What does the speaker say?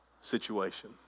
situation